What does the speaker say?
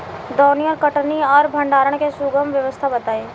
दौनी और कटनी और भंडारण के सुगम व्यवस्था बताई?